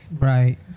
Right